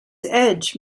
edge